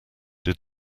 did